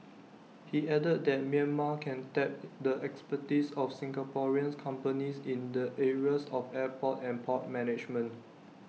he added that Myanmar can tap the expertise of Singaporean companies in the areas of airport and port management